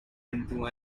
into